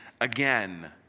again